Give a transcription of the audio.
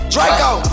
Draco